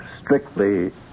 Strictly